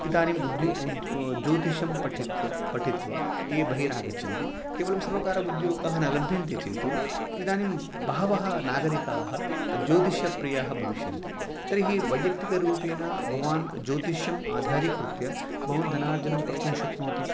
इदानीं उत् उद् ज्योतिषं पठित्य पठित्वा ये बहिरागच्छन्ति केवलं सर्वकारोद्योगः न लभ्यन्ते चेत् इदानीं बहवः नागरिकाः ज्योतिषप्रियाः भविष्यन्ति तर्हि वैयक्तिकरूपेण भवान् ज्योतिषमाधारीकृत्य भवान् धनार्जनं कर्तुं शक्नोति